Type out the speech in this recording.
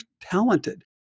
talented